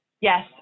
Yes